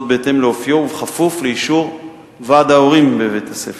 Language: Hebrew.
בהתאם לאופיו ובכפוף לאישור ועד ההורים בבית-הספר.